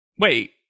wait